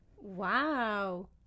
wow